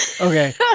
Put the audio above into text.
Okay